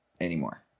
anymore